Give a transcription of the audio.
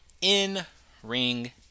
in-ring